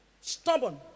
stubborn